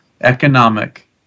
economic